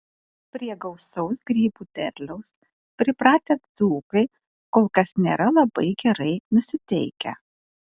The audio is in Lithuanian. prie gausaus grybų derliaus pripratę dzūkai kol kas nėra labai gerai nusiteikę